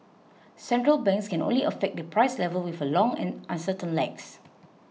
central banks can only affect the price level with long and uncertain lags